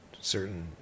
certain